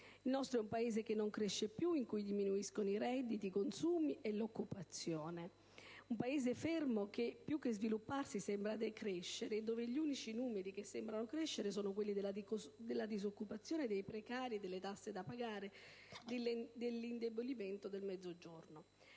Il nostro è un Paese che non cresce più, in cui diminuiscono i redditi, i consumi e l'occupazione; un Paese fermo che, più che svilupparsi, sembra decrescere e dove gli unici numeri che sembrano crescere sono quelli della disoccupazione, dei precari, delle tasse da pagare e dell'indebolimento del Mezzogiorno.